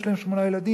יש להם שמונה ילדים,